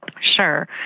Sure